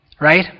Right